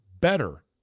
better